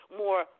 more